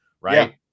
right